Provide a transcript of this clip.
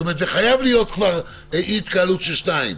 זאת אומרת שזה חייב להיות כבר אי התקהלות של שניים,